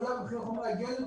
עלייה במחיר חומרי הגלם,